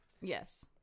yes